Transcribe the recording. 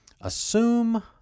assume